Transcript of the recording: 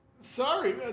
Sorry